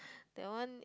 that one new